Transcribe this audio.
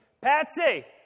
Patsy